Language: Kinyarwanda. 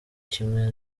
kimwe